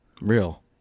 Real